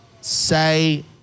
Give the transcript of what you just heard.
say